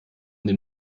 den